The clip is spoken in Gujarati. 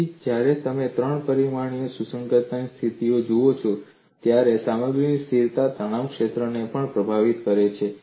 તેથી જ્યારે તમે ત્રણ પરિમાણમાં સુસંગતતા સ્થિતિઓ જુઓ છો ત્યારે સામગ્રી સ્થિરતા તણાવ ક્ષેત્રને પણ પ્રભાવિત કરે છે